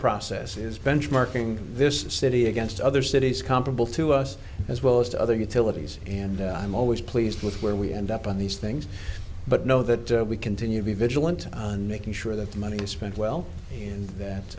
process is benchmarking this city against other cities comparable to us as well as to other utilities and i'm always pleased with where we end up on these things but know that we continue to be vigilant and making sure that the money is spent well and that